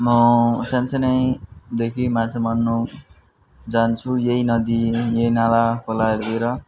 म साना सानादेखि माछा मार्न जान्छु यही नदी यही नाला खोलाहरूतिर